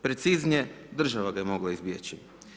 Preciznije, država ga je mogla izbjeći.